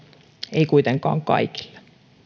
ei kuitenkaan kaikille